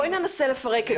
בואי ננסה לפרק את זה.